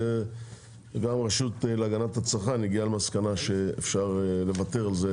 כשגם רשות להגנת הצרכן הגיעה למסקנה שאפשר לוותר על זה,